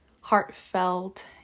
heartfelt